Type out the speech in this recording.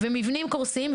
ומבנים קורסים.